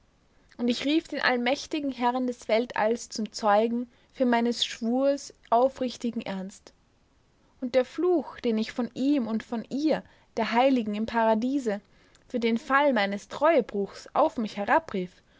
und ich rief den allmächtigen herrn des weltalls zum zeugen für meines schwurs aufrichtigen ernst und der fluch den ich von ihm und von ihr der heiligen im paradiese für den fall meines treubruches auf mich